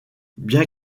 bien